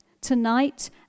tonight